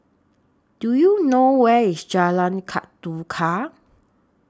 Do YOU know Where IS Jalan Ketuka